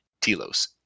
telos